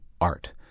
art